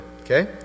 Okay